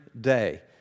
day